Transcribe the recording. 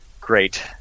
great